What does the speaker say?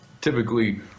typically